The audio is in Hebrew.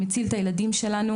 הציל את הילדים שלנו.